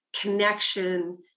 connection